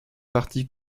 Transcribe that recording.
parti